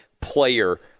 player